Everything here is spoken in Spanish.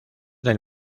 del